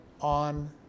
on